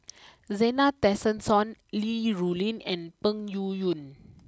Zena Tessensohn Li Rulin and Peng Yuyun